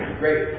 great